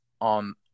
on